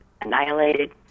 annihilated